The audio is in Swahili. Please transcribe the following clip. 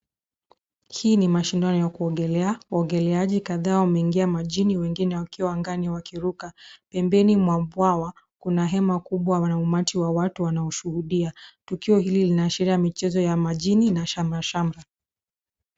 Hii ni mashindano ya kuogelea. Waogelaji kadhaa wameingia majini wengine wakiwa angani wakiruka. Pembeni mwa bwawa, kuna hema kubwa na umati wa watu wanaoshuhudia. Tukio hili linaashiria michezo ya majini na shamrashamra.